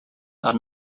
are